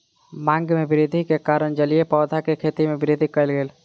मांग में वृद्धि के कारण जलीय पौधा के खेती में वृद्धि कयल गेल